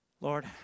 Lord